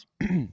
Yes